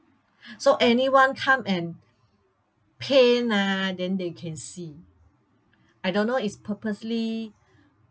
so anyone come and paint ah then they can see I don't know is purposely